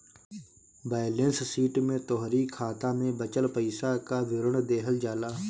balance sheet में तोहरी खाता में बचल पईसा कअ विवरण देहल जाला